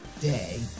day